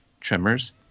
Tremors